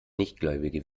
nichtgläubige